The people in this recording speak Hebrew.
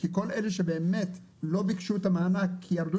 כי כל אלה שבאמת לא ביקשו את המענק כי עברו